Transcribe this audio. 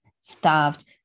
starved